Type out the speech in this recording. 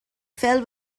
fell